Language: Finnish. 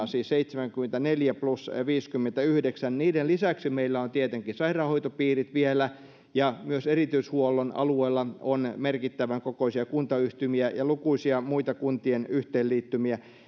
siis seitsemänkymmentäneljä plus viisikymmentäyhdeksän lisäksi meillä on tietenkin sairaanhoitopiirit vielä ja myös erityishuollon alueella on merkittävän kokoisia kuntayhtymiä ja lukuisia muita kuntien yhteenliittymiä